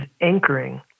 anchoring